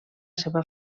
seva